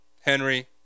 Henry